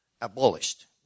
abolished